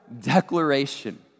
declaration